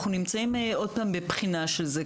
אנחנו נמצאים עוד פעם בבחינה של זה,